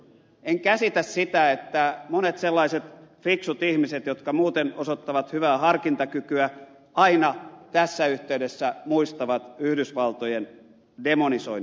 en käsitä sitä että monet sellaiset fiksut ihmiset jotka muuten osoittavat hyvää harkintakykyä aina tässä yhteydessä muistavat yhdysvaltojen demonisoinnin